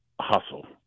hustle